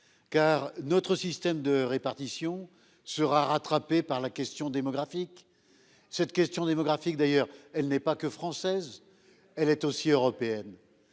car notre système de répartition sera rattrapé par la question démographique cette question démographique d'ailleurs elle n'est pas que française, elle est aussi européenne.